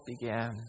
began